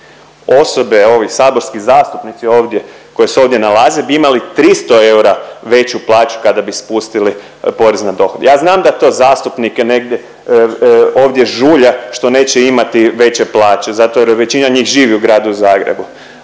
Osobe, ovi saborski zastupnici ovdje koje se ovdje nalaze bi imali 300 eura veću plaću kada bi spustili porez na dohodak. Ja znam da to zastupnike negdje ovdje žulja što neće imati veće plaće zato jer većina njih živi u gradu Zagrebu,